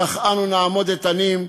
כך אנו נעמוד איתנים,